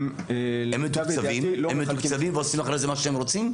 הם מתוקצבים ועושים אחרי זה מה שהם רוצים?